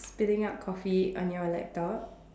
spitting up coffee on your laptop